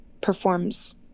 performs